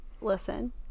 listen